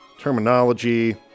terminology